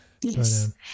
Yes